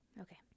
Okay